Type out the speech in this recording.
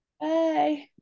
Bye